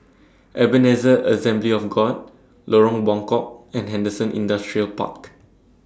Ebenezer Assembly of God Lorong Buangkok and Henderson Industrial Park